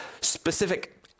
specific